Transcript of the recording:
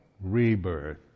rebirth